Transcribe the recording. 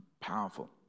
powerful